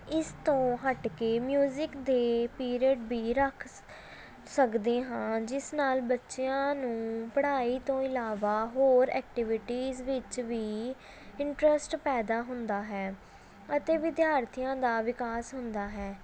ਇਸ ਤੋਂ ਹੱਟ ਕੇ ਮਿਊਜਿਕ ਦੇ ਪੀਰੀਅਡ ਵੀ ਰੱਖ ਸਕਦੇ ਹਾਂ ਜਿਸ ਨਾਲ ਬੱਚਿਆਂ ਨੂੰ ਪੜ੍ਹਾਈ ਤੋਂ ਇਲਾਵਾ ਹੋਰ ਐਕਟੀਵਿਟੀਜ਼ ਵਿੱਚ ਵੀ ਇੰਟਰਸਟ ਪੈਦਾ ਹੁੰਦਾ ਹੈ ਅਤੇ ਵਿਦਿਆਰਥੀਆਂ ਦਾ ਵਿਕਾਸ ਹੁੰਦਾ ਹੈ